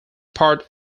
part